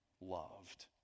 loved